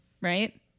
right